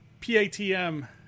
patm